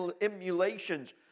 emulations